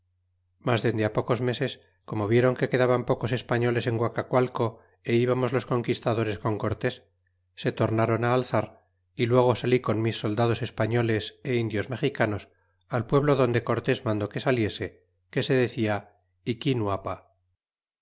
mas dende pocos meses como viéron que quedaban pocos españoles en guacacualco é íbamos los conquistadores con cortés se tornron alzar y luego salí con mis soldados españoles é indios mexicanos al pueblo donde cortés mandó que saliese que se decia iquínuapa